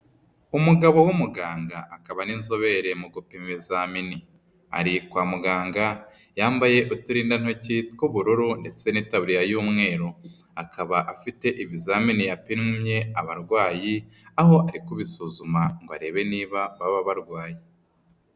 Umugabo w'umuganga akaba n'inzobere mu gupima ibizamini. Ari kwa muganga, yambaye uturindantoki tw'ubururu ndetse n'itaburiya y'umweru. Akaba afite ibizamini yapimye abarwayi, aho ari kubisuzuma ngo arebe niba baba barwaye.